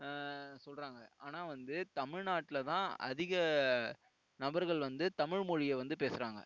சொல்கிறாங்க ஆனால் வந்து தமிழ்நாட்டில் தான் அதிக நபர்கள் வந்து தமிழ் மொழியை வந்து பேசுகிறாங்க